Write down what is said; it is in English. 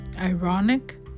ironic